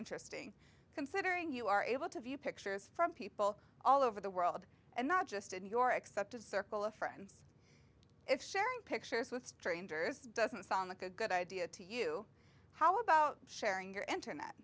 interesting considering you are able to view pictures from people all over the world and not just in your except a circle of friends if sharing pictures with strangers doesn't sound like a good idea to you how about sharing your internet